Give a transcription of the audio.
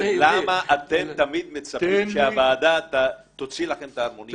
למה אתם תמיד מצפים שהוועדה תוציא לכם את הערמונים מהאש?